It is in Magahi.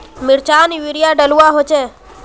मिर्चान यूरिया डलुआ होचे?